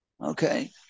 Okay